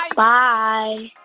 like bye